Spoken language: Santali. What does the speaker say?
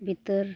ᱵᱷᱤᱛᱟᱹᱨ